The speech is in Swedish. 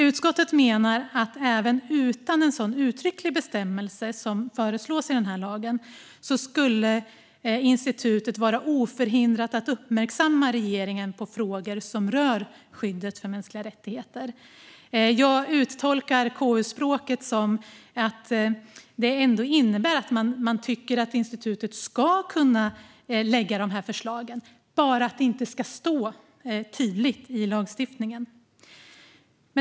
Utskottet menar att även utan en sådan uttrycklig bestämmelse som föreslås i lagen skulle institutet vara oförhindrat att uppmärksamma regeringen på frågor som rör skyddet av mänskliga rättigheter. Jag tolkar KU-språket som att det här innebär att man tycker att institutet ändå ska kunna lägga fram dessa förslag men att det inte ska stå tydligt i lagstiftningen.